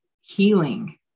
healing